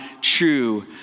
true